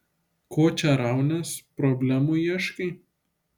ko čia raunies problemų ieškai